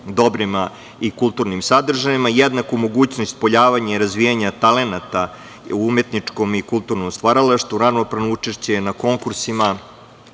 dobrima i kulturnim sadržajima, jednaku mogućnost ispoljavanja i razvijanja talenata u umetničkom i kulturnom stvaralaštvu, ravnopravno učešće na konkursima